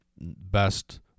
best